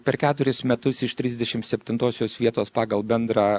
per keturis metus iš trisdešimt septintosios vietos pagal bendrą